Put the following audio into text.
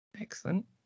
excellent